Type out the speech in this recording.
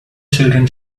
children